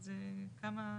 זה כמה דרגות.